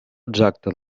exacta